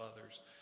others